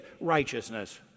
Righteousness